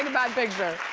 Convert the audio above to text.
bad picture.